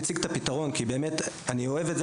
מבחינת חברות האינטרנט ההגנה לא מספקת היום ובסופו של דבר